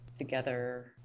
together